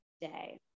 day